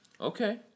Okay